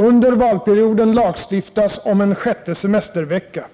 Under valperioden lagstiftas om en sjätte semestervecka.